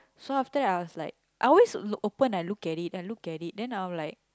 so after that I was like I always open and look at it and look at it then I'm like